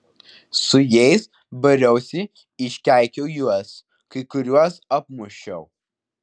su jais bariausi iškeikiau juos kai kuriuos apmušiau